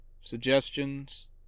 suggestions